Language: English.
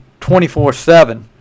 24-7